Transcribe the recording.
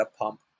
pump